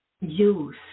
use